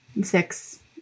six